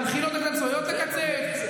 למכינות הקדם-צבאיות לקצץ?